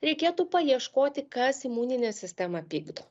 reikėtų paieškoti kas imuninę sistemą pykdo